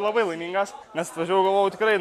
labai laimingas nes atvažiavau galvojau tikrai